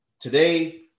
Today